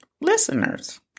listeners